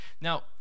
Now